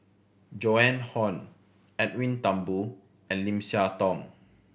Joan Hon Edwin Thumboo and Lim Siah Tong